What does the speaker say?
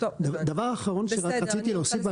דבר אחרון שרציתי להוסיף.